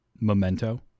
Memento